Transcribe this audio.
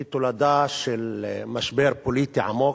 היא תולדה של משבר פוליטי עמוק,